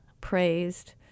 praised